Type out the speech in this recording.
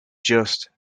just